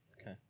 okay